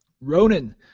Ronan